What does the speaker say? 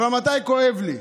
אבל מתי כואב לי?